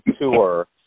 tour